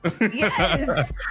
yes